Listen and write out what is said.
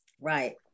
right